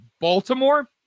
Baltimore